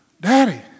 Daddy